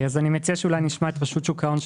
אני מציע שאולי נשמע את אנשי רשות שוק ההון,